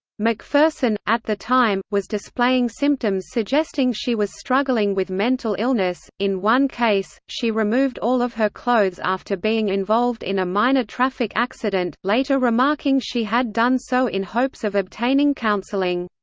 mcpherson, at the time, was displaying symptoms suggesting she was struggling with mental illness in one case, she removed all of her clothes after being involved in a minor traffic accident, later remarking she had done so in hopes of obtaining counseling.